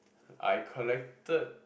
I collected